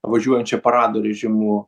važiuojančią parado režimu